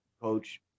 Coach